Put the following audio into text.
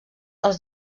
els